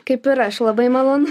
kaip ir aš labai malonu